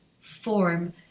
form